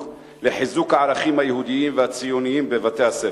לחיזוק הערכים היהודיים והציוניים בבתי-הספר.